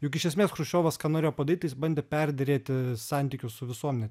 juk iš esmės chruščiovas ką norėjo padaryt tai jis bandė perderėti santykius su visuomene